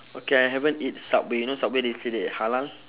okay I haven't eat subway you know subway they say that it halal